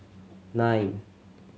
nine